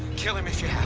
kill him if you